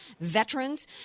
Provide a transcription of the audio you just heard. veterans